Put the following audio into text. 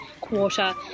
quarter